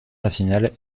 nationale